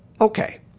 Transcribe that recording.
Okay